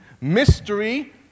Mystery